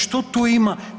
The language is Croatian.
Što to ima?